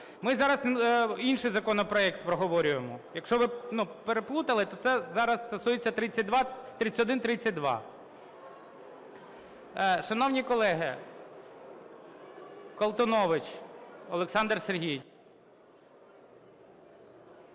Ми зараз інший законопроект проговорюємо. Якщо ви переплутали, то це зараз стосується 3132. Шановні колеги, Колтунович Олександр Сергійович.